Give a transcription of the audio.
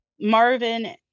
Marvin